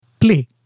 play